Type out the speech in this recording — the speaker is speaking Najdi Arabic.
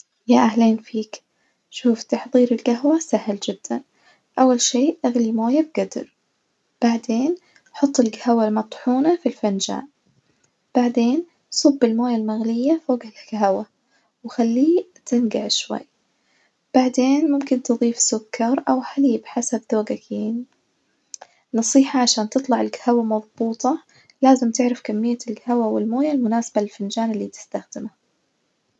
يا أهلين فيك، شوف تحضير الجهوة سهل جدًا، أول شي أغلي مية في جدر، بعدين حط الجهوة المطحونة في الفنجان، بعدين صب الموية المغلية فوج الهوا وخليه تنجع شوية، بعدين ممكن تضيف سكر أو حليب حسب ذوجك يعني، نصيحة عشان تطلع الجهوة مظبوطة لازم تعرف كمية الجهوة والموية المناسبة للفنجان التستخدمه.